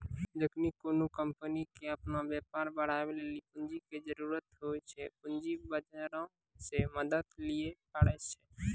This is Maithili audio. जखनि कोनो कंपनी के अपनो व्यापार बढ़ाबै लेली पूंजी के जरुरत होय छै, पूंजी बजारो से मदत लिये पाड़ै छै